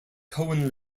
cowan